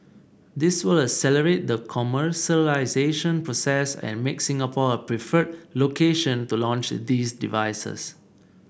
this will accelerate the commercialisation process and make Singapore a preferred location to launch these devices